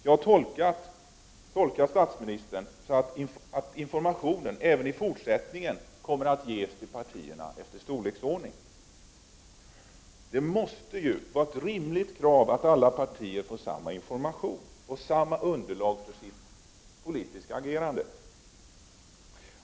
Jag tolkar statsministern som att information även i fortsättningen kommer att ges till partierna efter storleksordning. Det måste vara ett rimligt krav att alla partier får samma information och samma underlag för sitt politiska agerande.